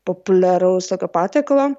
populiaraus tokio patiekalo